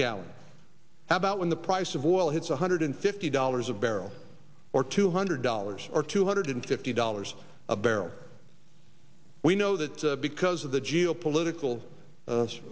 gallon how about when the price of oil hits one hundred fifty dollars a barrel or two hundred dollars or two hundred fifty dollars a barrel we know that because of the geopolitical